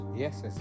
Yes